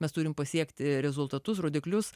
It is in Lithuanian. mes turim pasiekti rezultatus rodiklius